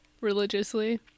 religiously